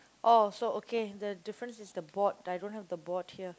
oh so okay the difference is the board I don't have the board here